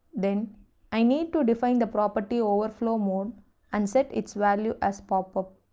then i need to define the property overflowmode and set its value as popup.